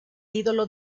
ídolo